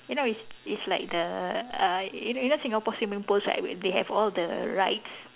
you know it's it's like the uh you know you know Singapore swimming pools right they have all the rides